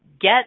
get